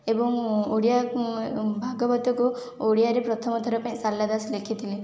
ଏବଂ ଓଡ଼ିଆ ଭାଗବତକୁ ଓଡ଼ିଆରେ ପ୍ରଥମ ଥର ପାଇଁ ଶାରଳା ଦାସ ଲେଖିଥିଲେ